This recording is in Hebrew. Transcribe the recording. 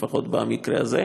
לפחות במקרה הזה,